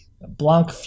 blanc